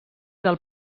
del